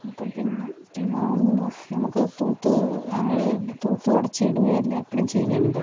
ഇപ്പം പിന്നെ ഉണ്ട് നമുക്ക് തൂത്ത് അവിടെ ഇത് തൂത്ത് തുടച്ചിടുമെല്ലാം എപ്പോഴും ചെയ്യണ്ടേ